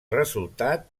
resultat